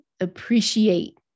appreciate